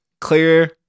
clear